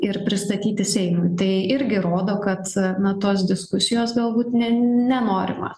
ir pristatyti seimui tai irgi rodo kad na tos diskusijos galbūt ne nenorima